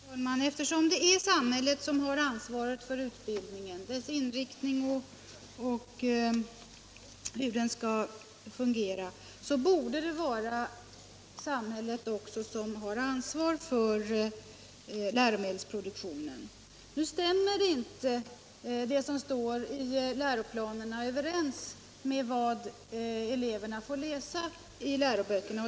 Herr talman! Eftersom det är samhället som har ansvaret för utbildningen — dess inriktning och hur den skall fungera — borde det även vara samhället som har ansvaret för läromedelsproduktionen. Nu stämmer inte det som står i läroplanerna överens med vad eleverna får läsa i läroböckerna.